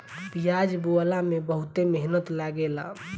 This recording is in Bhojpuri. पियाज बोअला में बहुते मेहनत लागेला